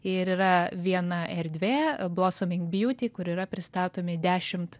ir yra viena erdvė blosoming biuti kur yra pristatomi dešimt